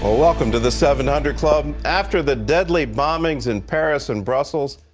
ah welcome to the seven hundred club. after the deadly bombings in paris and brussels,